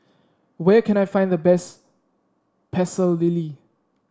where can I find the best Pecel Lele